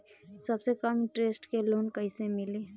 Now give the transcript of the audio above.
सबसे कम इन्टरेस्ट के लोन कइसे मिली?